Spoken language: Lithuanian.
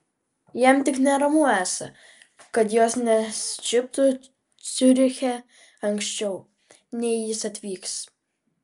jam tik neramu esą kad jos nesučiuptų ciuriche anksčiau nei jis atvyks